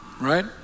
Right